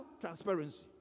transparency